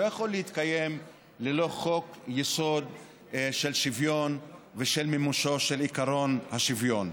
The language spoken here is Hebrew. לא יכול להתקיים ללא חוק-יסוד של שוויון ושל מימושו של עקרון השוויון.